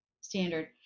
standard